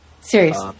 Serious